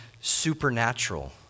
supernatural